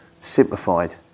simplified